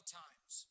times